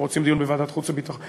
הם רוצים דיון בוועדת חוץ וביטחון,